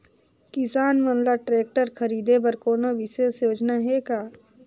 किसान मन ल ट्रैक्टर खरीदे बर कोनो विशेष योजना हे का?